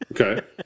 Okay